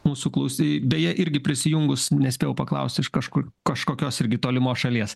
mūsų klausy beje irgi prisijungus nespėjau paklaust iš kažkur kažkokios irgi tolimos šalies